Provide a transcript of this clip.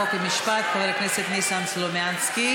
חוק ומשפט חבר הכנסת ניסן סלומינסקי.